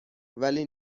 ولی